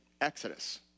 Exodus